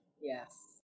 Yes